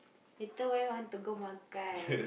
later where want to go makan